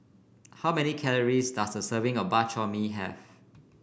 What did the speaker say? how many calories does a serving of Bak Chor Mee have